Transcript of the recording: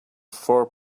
four